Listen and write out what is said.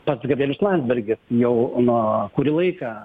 pats gabrielius landsbergis jau na kurį laiką